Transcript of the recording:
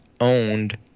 owned